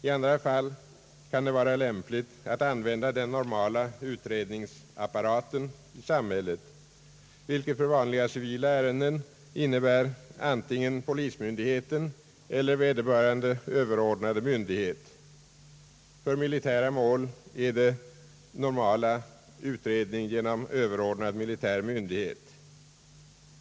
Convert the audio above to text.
I andra fall kan det vara lämpligt att använda den normala utredningsapparaten i samhället, vilket för vanliga civila ärenden innebär antingen polismyndigheten eller vederbörande överordnade myndighet. För militära mål är det normala utredning genom överordnad militär myndighet.